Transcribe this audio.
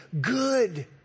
good